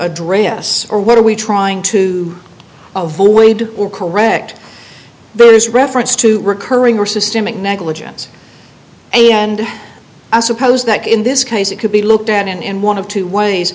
address or what are we trying to avoid or correct but it is reference to recurring or systemic negligence and i suppose that in this case it could be looked at in one of two ways